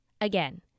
Again